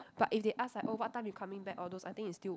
but if they ask like oh what time you coming back all those I think it' still